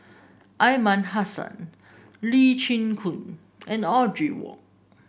Aliman Hassan Lee Chin Koon and Audrey Wong